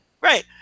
Right